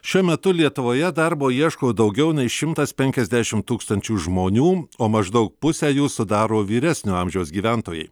šiuo metu lietuvoje darbo ieško daugiau nei šimtas penkiasdešim tūkstančių žmonių o maždaug pusę jų sudaro vyresnio amžiaus gyventojai